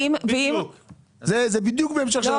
זה בדיוק בהמשך.